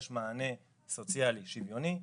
יש מענה סוציאלי שוויוני,